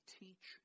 teach